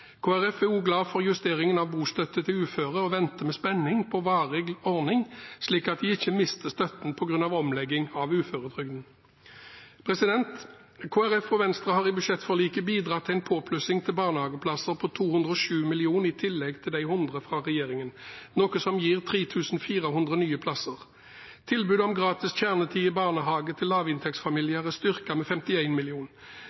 Folkeparti er også glad for justeringen av bostøtte til uføre og venter med spenning på en varig ordning, slik at de ikke mister støtten på grunn av omlegging av uføretrygden. Kristelig Folkeparti og Venstre har i budsjettforliket bidratt til en påplussing til barnehageplasser på 207 mill. kr i tillegg til 100 mill. kr fra regjeringen, noe som gir 3 400 nye plasser. Tilbudet om gratis kjernetid i barnehage til